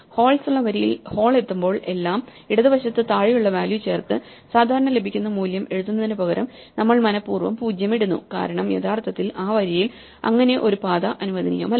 holes ഉള്ള വരിയിൽ hole എത്തുമ്പോൾ എല്ലാം ഇടത് വശത്തു താഴെയുള്ള വാല്യൂ ചേർത്ത് സാധാരണ ലഭിക്കുന്ന മൂല്യം എഴുതുന്നതിനുപകരം നമ്മൾ മനപൂർവ്വം 0 ഇടുന്നു കാരണം യഥാർത്ഥത്തിൽ ആ വരിയിൽ അങ്ങിനെ ഒരു പാത അനുവദനീയമല്ല